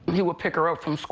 he would pick her up from